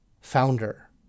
founder